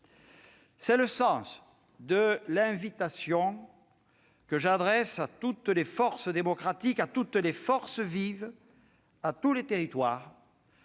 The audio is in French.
C'est le sens de l'invitation que j'adresse à toutes les forces démocratiques, à toutes les forces vives, à tous les territoires.